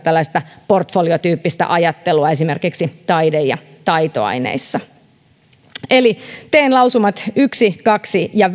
tällaista portfoliotyyppistä ajattelua esimerkiksi taide ja taitoaineissa eli teen lausumat yksi kaksi ja